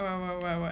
what what what what